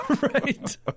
right